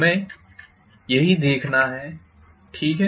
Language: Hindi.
हम यही देखना चाहते हैं ठीक है